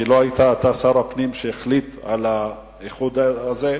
כי לא היית אתה שר הפנים שהחליט על האיחוד הזה.